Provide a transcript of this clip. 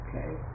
Okay